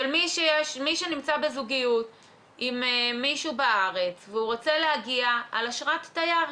של מי שנמצא בזוגיות עם מישהו בארץ והוא רוצה להגיע על אשרת תייר,